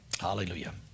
Hallelujah